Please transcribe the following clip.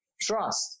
trust